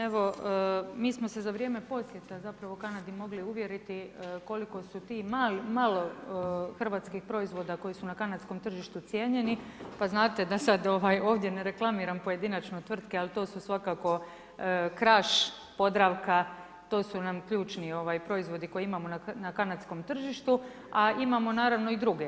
Evo mi smo se za vrijeme posjeta zapravo Kanadi mogli uvjeriti koliko su ti malo hrvatskih proizvoda koji su na kanadskom tržištu cijenjeni, pa sad znate da sad ovdje ne reklamiram pojedinačno tvrtke, ali to su svakako Kraš, Podravka, to su nam ključni proizvodi koje imamo na kanadskom tržištu, a imamo naravno i druge.